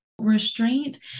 Restraint